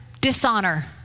Dishonor